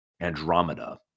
Andromeda